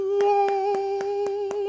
Yay